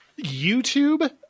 youtube